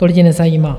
To lidi nezajímá.